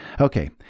Okay